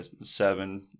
seven